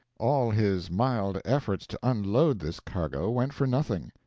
all his mild efforts to unload this cargo went for nothing.